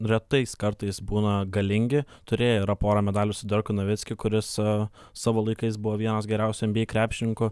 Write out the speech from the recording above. retais kartais būna galingi turėję yra pora medalių su dirku novickiu kuris savo laikais buvo vienas geriausių nba krepšininkų